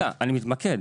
אני מתמקד.